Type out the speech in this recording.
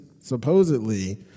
Supposedly